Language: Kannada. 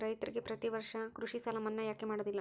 ರೈತರಿಗೆ ಪ್ರತಿ ವರ್ಷ ಕೃಷಿ ಸಾಲ ಮನ್ನಾ ಯಾಕೆ ಮಾಡೋದಿಲ್ಲ?